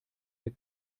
der